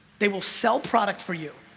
they will sell product for you.